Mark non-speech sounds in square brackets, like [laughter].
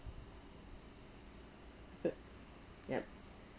[coughs] yup